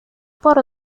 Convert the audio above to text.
por